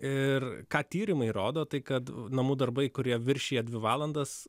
ir ką tyrimai rodo tai kad namų darbai kurie viršija dvi valandas